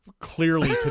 Clearly